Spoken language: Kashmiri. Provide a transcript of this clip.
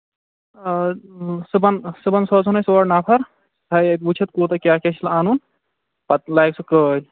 صبُحن صُبحن سوزُن أسۍ اور نَفر سُہ تھاوِ اَتہِ وُچھِتھ کوٗتاہ کیٛاہ کیٛاہ چھُس اَنُن پَتہٕ لاگہِ سُہ کٲم